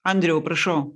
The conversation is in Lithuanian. andriau prašau